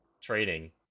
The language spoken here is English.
trading